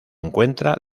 encuentra